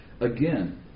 Again